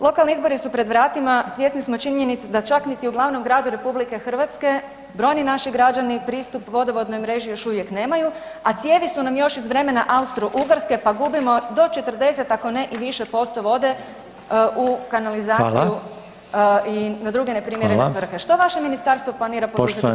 Lokalni izbori su pred vratima, svjesni smo činjenice da čak niti u glavnom gradu RH brojni naši građani pristup vodovodnoj mreži još uvijek nemaju, s cijevi su nam još iz vremena Austro-Ugarske, pa gubimo do 40, ako ne i više posto vode u kanalizaciju [[Upadica: Hvala.]] i na druge neprimjerene svrhe [[Upadica: Hvala.]] Što vaše Ministarstvo planira poduzeti po tom pitanju?